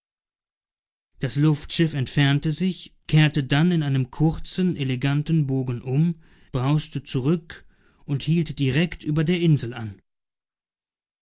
das luftschiff entfernte sich kehrte dann in einem kurzen eleganten bogen um brauste zurück und hielt plötzlich direkt über der insel an